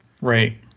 Right